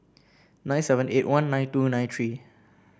nine seven eight one nine two nine three